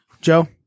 Joe